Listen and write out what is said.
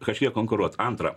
kažkiek konkuruot antra